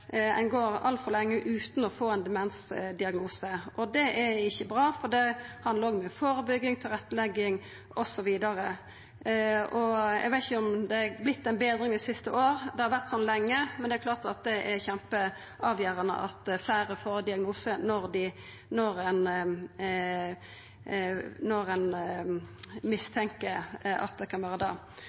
ein går altfor lenge utan å få ein demensdiagnose. Det er ikkje bra, for det handlar òg om førebygging, tilrettelegging osv. Eg veit ikkje om det har vorte ei betring dei siste åra, det har vore sånn lenge, men det er klart at det er kjempeavgjerande at fleire får ein diagnose når ein mistenkjer at det kan vera det.